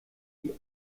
die